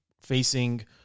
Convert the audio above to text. facing